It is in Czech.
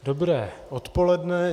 Dobré odpoledne.